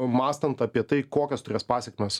mąstant apie tai kokias turės pasekmes